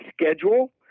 Schedule